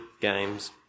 games